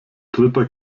dritter